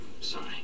Sorry